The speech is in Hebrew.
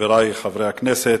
חברי חברי הכנסת,